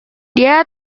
dia